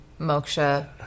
Moksha